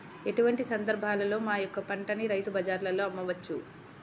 ఎటువంటి సందర్బాలలో మా యొక్క పంటని రైతు బజార్లలో అమ్మవచ్చు?